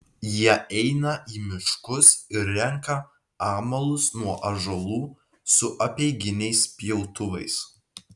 jie eina į miškus ir renka amalus nuo ąžuolų su apeiginiais pjautuvais